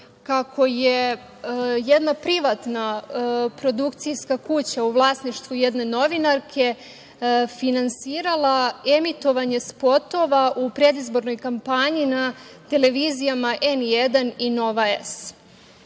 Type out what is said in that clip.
kako je jedna privatna produkcijska kuća u vlasništvu jedne novinarke finansirala emitovanje spotova u predizbornoj kampanji na televizijama N1 i Nova S.